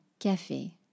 café